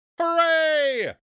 Hooray